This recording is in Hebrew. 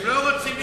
הם לא רוצים לשמוע,